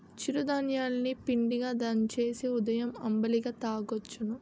చిరు ధాన్యాలు ని పిండిగా దంచేసి ఉదయం అంబలిగా తాగొచ్చును